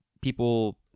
people